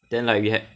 then like we had